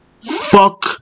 Fuck